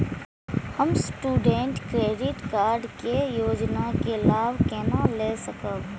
हम student credit card के योजना के लाभ केना लय सकब?